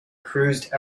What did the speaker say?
cruised